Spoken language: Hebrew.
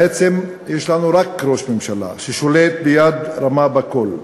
בעצם, יש לנו רק ראש ממשלה, ששולט ביד רמה בכול.